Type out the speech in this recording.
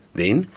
then,